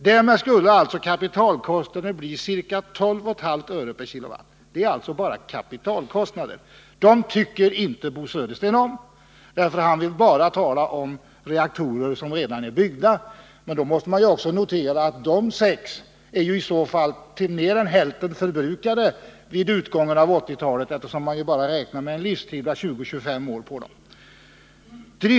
Därmed skulle alltså kapitalkostnaderna bli ca 12,5 öre/kWh. Det är alltså bara kapitalkostnaderna. Dessa tycker Bo Södersten inte om. Han vill bara tala om reaktorer som redan är byggda, men då måste man ju också notera att de sex reaktorerna vid utgången av 1980-talet är till mer än hälften förbrukade. Man räknar ju med en livstid för reaktorerna på bara 20-25 år.